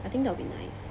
I think that will be nice